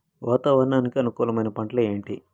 వాతావరణానికి అనుకూలమైన పంటలు ఏంటి?